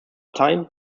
time